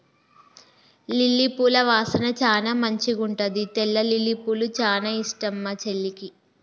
lily పూల వాసన చానా మంచిగుంటది తెల్ల లిల్లీపూలు చానా ఇష్టం మా చెల్లికి